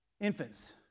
Infants